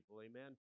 amen